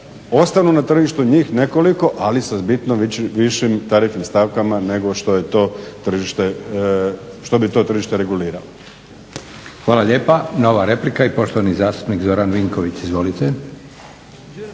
ostanu na tržištu njih nekoliko, ali sa bitno višim tarifnim stavkama nego što je to tržište, što bi to